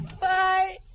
Bye